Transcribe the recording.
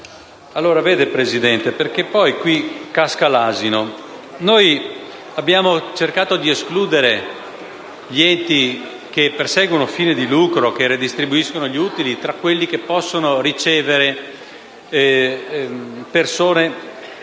la votazione perché "qui casca l'asino". Abbiamo cercato di escludere gli enti che perseguono fini di lucro e ridistribuiscono gli utili tra quelli che possono ricevere persone